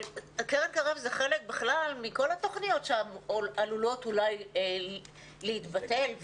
אבל זה חלק מכל התוכניות שעלולות אולי להתבטל.